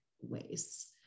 ways